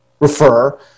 refer